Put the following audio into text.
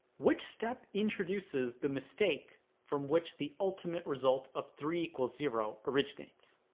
which step introduces the mistake from which the ultimate result of three equals zero originates?